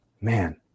man